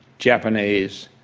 japanese,